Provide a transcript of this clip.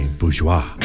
bourgeois